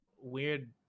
weird